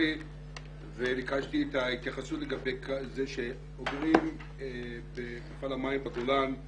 וביקשתי את ההתייחסות לגבי זה שאוגרים במפעל המים בגולן,